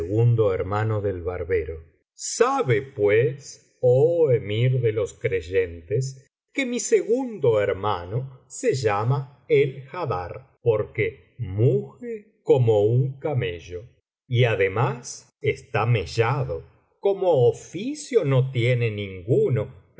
segundo hermano del barbero sabe pues oh emir de los creyentes que mi segundo hermano se llama el haddar porque muge como un camello y además está mellado como oficio no tiene ninguno